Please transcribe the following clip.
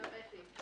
הסתוויתי.